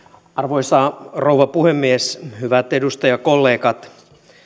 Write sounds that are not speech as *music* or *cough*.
*unintelligible* arvoisa rouva puhemies hyvät edustajakollegat